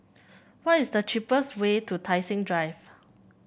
what is the cheapest way to Tai Seng Drive